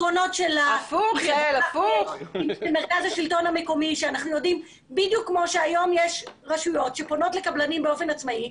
בדיוק כמו שהיום יש רשויות שפונות לקבלנים באופן עצמאי,